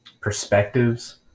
perspectives